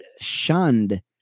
shunned